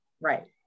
right